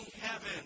heaven